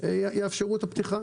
יאפשרו את הפתיחה.